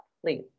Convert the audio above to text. Please